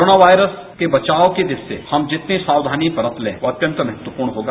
corona virus के बचाव की दृष्टि से हम जितनी साक्षानी बरत लें वह अत्यंत महत्वपूर्ण होगा